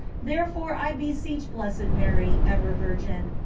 therefore, i beseech blessed mary, ever virgin,